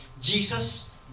Jesus